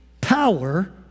power